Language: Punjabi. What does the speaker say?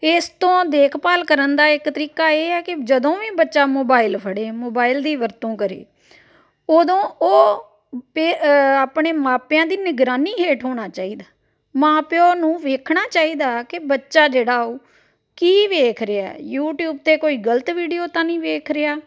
ਇਸ ਤੋਂ ਦੇਖਭਾਲ ਕਰਨ ਦਾ ਇੱਕ ਤਰੀਕਾ ਇਹ ਹੈ ਕਿ ਜਦੋਂ ਵੀ ਬੱਚਾ ਮੋਬਾਈਲ ਫੜੇ ਮੋਬਾਇਲ ਦੀ ਵਰਤੋਂ ਕਰੇ ਉਦੋਂ ਉਹ ਪੇ ਆਪਣੇ ਮਾਪਿਆਂ ਦੀ ਨਿਗਰਾਨੀ ਹੇਠ ਹੋਣਾ ਚਾਹੀਦਾ ਮਾਂ ਪਿਓ ਨੂੰ ਵੇਖਣਾ ਚਾਹੀਦਾ ਕਿ ਬੱਚਾ ਜਿਹੜਾ ਉਹ ਕੀ ਵੇਖ ਰਿਹਾ ਹੈ ਯੂਟਿਊਬ 'ਤੇ ਕੋਈ ਗਲਤ ਵੀਡੀਓ ਤਾਂ ਨਹੀਂ ਵੇਖ ਰਿਹਾ